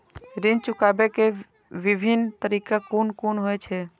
ऋण चुकाबे के विभिन्न तरीका कुन कुन होय छे?